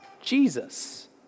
Jesus